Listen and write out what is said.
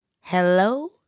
Hello